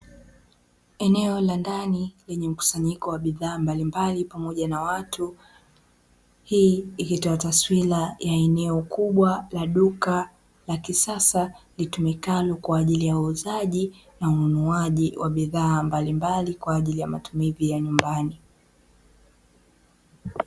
Eneo la ndani lenye mkusanyiko wa bidhaa mbalimbali pamoja na watu, hii inaleta taswira ya eneo kubwa la duka la kisasa litumikalo kwa ajili ya uuzaji na ununuaji wa bidhaa mbalimbali kwa ajili ya matumizi ya nyumbani.